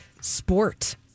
sport